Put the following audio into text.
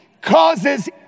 causes